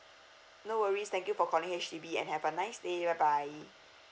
no worries thank you for calling H_D_B and have a nice day bye bye